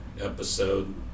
episode